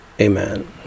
Amen